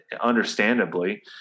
understandably